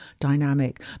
dynamic